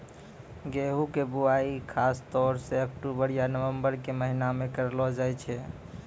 गेहूँ के बुआई खासतौर सॅ अक्टूबर या नवंबर के महीना मॅ करलो जाय छै